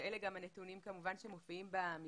שאלה גם הנתונים שמופיעים במסמך,